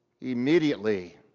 Immediately